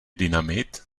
dynamit